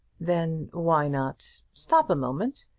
then why not stop a moment.